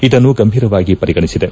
ಇದನ್ನು ಗಂಭೀರವಾಗಿ ಪರಿಗಣಿಸಿದೆ